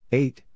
eight